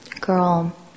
Girl